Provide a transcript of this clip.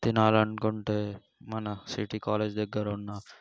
తినాలనుకుంటే మన city college దగ్గర ఉన్న